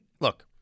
Look